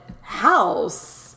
house